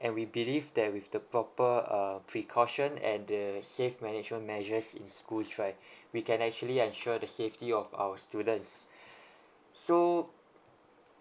and we believe that with the proper uh precaution and the safe management measures in schools right we can actually ensure the safety of our students so